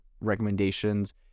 recommendations